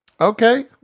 Okay